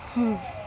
ہوں